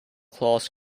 class